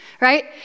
right